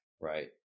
right